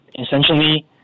essentially